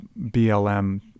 BLM